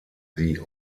the